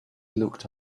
looked